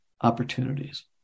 opportunities